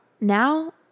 now